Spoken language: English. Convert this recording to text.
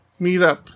meetup